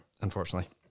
Unfortunately